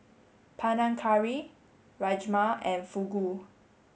Panang Curry Rajma and Fugu